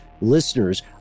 listeners